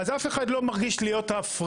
אז אף אחד לא מרגיש להיות הפראייר.